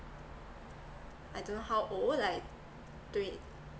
I don't know how old like twenty